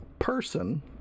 person